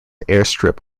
airstrip